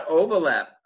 overlap